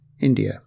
India